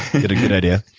it. good idea.